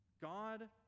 God